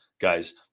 guys